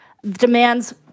Demands